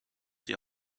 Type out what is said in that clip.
sie